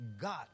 God